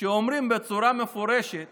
שאומרים בצורה מפורשת